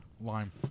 Lime